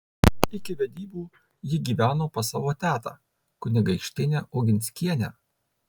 iki vedybų ji gyveno pas savo tetą kunigaikštienę oginskienę